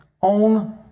on